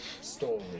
story